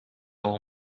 all